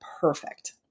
perfect